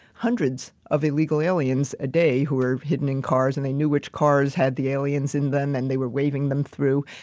hundreds of illegal aliens a day who were hidden in cars, and they knew which cars had the aliens in them and they were waving them through.